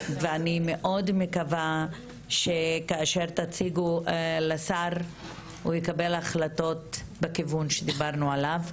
ואני מאד מקווה שכאשר תציגו לשר הוא יקבל החלטות בכיוון שדיברנו עליו,